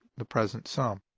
the present sum.